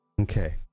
Okay